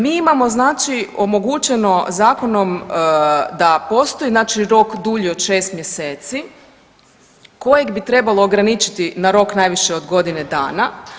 Mi imamo znači omogućeno zakonom da postoji znači rok dulji od šest mjeseci kojeg bi trebalo ograničiti na rok najviše od godinu dana.